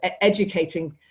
educating